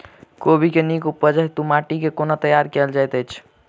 कोबी केँ नीक उपज हेतु माटि केँ कोना तैयार कएल जाइत अछि?